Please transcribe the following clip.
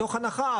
מתוך הנחה,